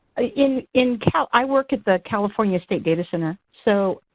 in in cal i work at the california state data center. so,